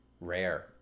rare